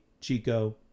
Chico